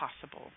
possible